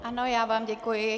Ano, já vám děkuji.